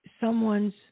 someone's